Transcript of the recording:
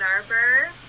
Arbor